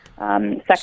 Second